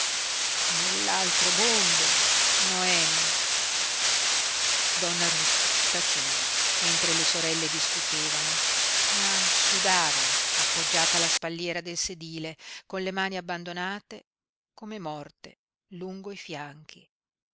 nell'altro mondo noemi donna ruth taceva mentre le sorelle discutevano ma sudava appoggiata alla spalliera del sedile con le mani abbandonate come morte lungo i fianchi